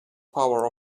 power